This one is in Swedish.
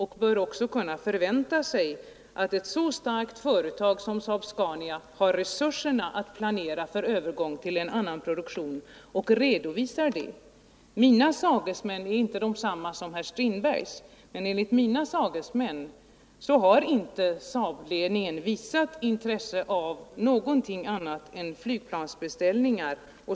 De bör kunna förvänta sig att ett så starkt företag som SAAB-Scania har resurserna att planera för övergång till en annan produktion och att företaget redovisar det. Mina sagesmän är inte desamma som herr Strindbergs, men enligt mina sagesmän har inte SAAB-ledningen visat intresse för någonting annat än flygplansbeställningar.